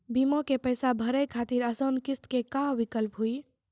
बीमा के पैसा भरे खातिर आसान किस्त के का विकल्प हुई?